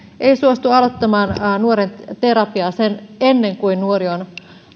ei suostu aloittamaan nuoren terapiaa ennen kuin nuori on